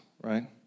right